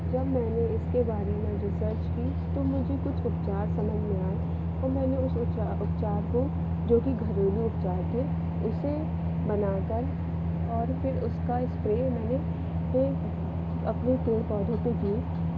जब मैंने इसके बारे में रिसर्च की तो मुझे कुछ उपचार समझ में आए तो मैंने उस उपचार को जोकि घरेलु उपचार थे उसे बनाकर और फिर उसका स्प्रे मैंने अपने पेड़ पौधों पे की